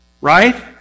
right